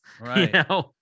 Right